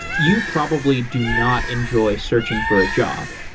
you probably do not enjoy searching for a job.